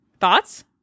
Thoughts